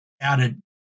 added